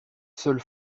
seul